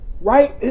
right